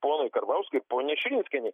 ponui karbauskiui ir poniai širinskienei